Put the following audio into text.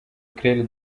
claire